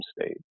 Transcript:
state